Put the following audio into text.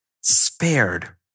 spared